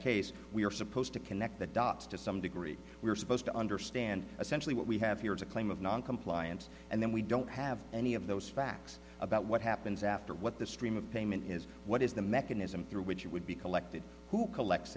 case we are supposed to connect the dots to some degree we're supposed to understand essentially what we have here is a claim of noncompliance and then we don't have any of those facts about what happens after what the stream of payment is what is the mechanism through which it would be collected who collects